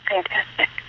Fantastic